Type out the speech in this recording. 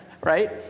Right